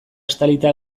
estalita